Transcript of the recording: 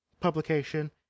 publication